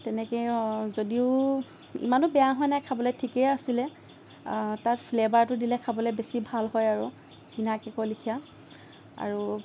তেনেকে যদিও ইমানো বেয়া হোৱা নাই খাবলৈ ঠিকেই আছিলে তাত ফ্লেভাৰটো দিলে খাবলৈ বেছি ভাল হয় আৰু কিনা কেকৰ লেখীয়া আৰু